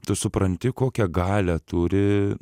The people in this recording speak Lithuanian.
tu supranti kokią galią turi